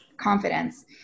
confidence